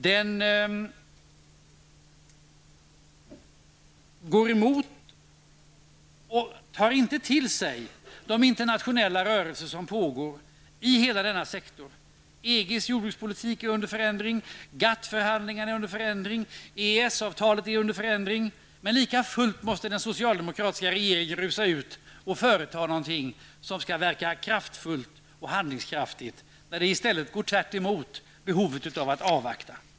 Den går emot och tar inte till sig de internationella rörelser som pågår inom hela denna sektor. EGs jordbrukspolitik är ju under förändring, likaså GATT-förhandlingarna och EES-avtalet. Men lika fullt rusar den socialdemokratiska regeringen i väg och företar något som skall verka kraftfullt och handlingskraftigt. Men i stället strider det hela mot behovet av att avvakta.